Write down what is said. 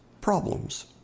problems